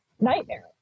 nightmare